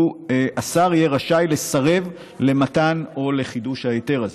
השר יהיה רשאי לסרב למתן או לחידוש ההיתר הזה,